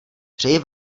přeji